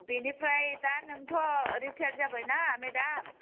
बिनिफ्राय दा नोंथ' रिटायार जाबाय ना मेडाम